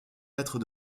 maîtres